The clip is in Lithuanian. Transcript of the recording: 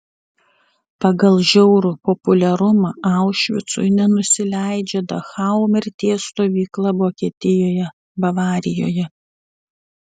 pagal žiaurų populiarumą aušvicui nenusileidžia dachau mirties stovykla vokietijoje bavarijoje